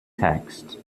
text